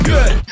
Good